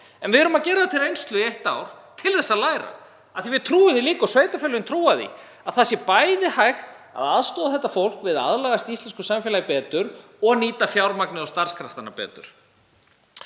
En við gerum það til reynslu í eitt ár til að læra af því. Við trúum því líka, og sveitarfélögin trúa því, að bæði sé hægt að aðstoða þetta fólk við að aðlagast íslensku samfélagi betur og nýta fjármagnið og starfskraftana betur.